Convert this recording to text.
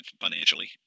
financially